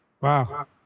Wow